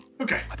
Okay